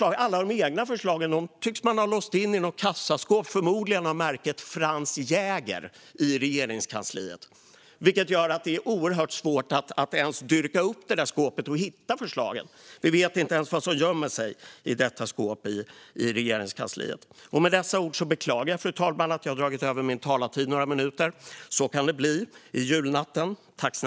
Alla de egna förslagen tycks de ha låst in i något kassaskåp i Regeringskansliet, förmodligen av märket Franz Jäger, vilket gör att det är oerhört svårt att dyrka upp det där skåpet och hitta förslagen. Vi vet inte ens vad som gömmer sig i detta skåp i Regeringskansliet. Fru talman! Jag beklagar att jag har dragit över min talartid med några minuter - så kan det bli i julnatten.